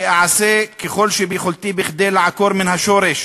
ואעשה כל שביכולתי כדי לעקור מן השורש